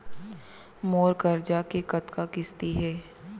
मोर करजा के कतका किस्ती हे?